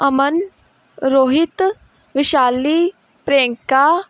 Aman Rohit Vishali Priyanka